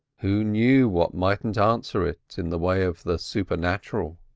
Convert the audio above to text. who knew what mightn't answer it in the way of the supernatural?